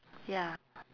ya